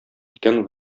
иткән